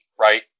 Right